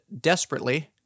desperately